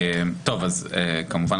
כמובן,